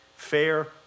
fair